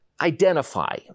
identify